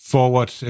forward